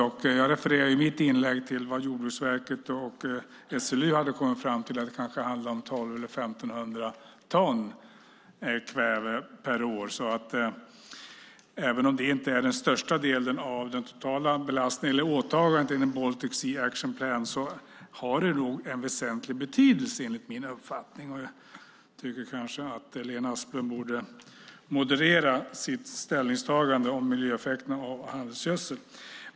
I mitt inlägg refererade jag till vad Jordbruksverket och SLU hade kommit fram till, nämligen att det kanske handlade om 1 200 eller 1 500 ton kväve per år. Även om det inte är den största delen av det totala åtagandet inom Baltic Sea Action Plan har det ändå en väsentlig betydelse enligt min uppfattning. Jag tycker att Lena Asplund borde moderera sitt ställningstagande om miljöeffekterna av handelsgödsel.